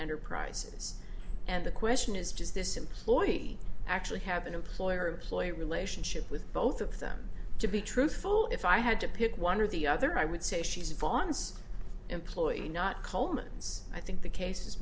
enterprises and the question is does this employee actually have an employer employee relationship with both of them to be truthful if i had to pick one or the other i would say she's a fawn's employee not coleman's i think the case